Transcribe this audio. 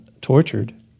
tortured